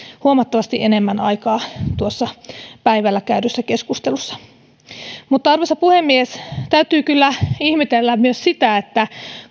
huomattavasti enemmän aikaa tuossa päivällä käydyssä keskustelussa arvoisa puhemies täytyy kyllä ihmetellä myös sitä että